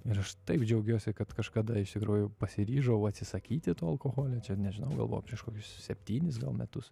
ir aš taip džiaugiuosi kad kažkada iš tikrųjų pasiryžau atsisakyti to alkoholio čia nežinau galvoju prieš kokius septynis metus